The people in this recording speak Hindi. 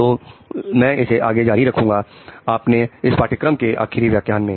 तो मैं इसे आगे जारी रखूंगा अपने इस पाठ्यक्रम के आखिरी व्याख्यान में